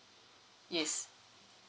yes